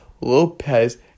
Lopez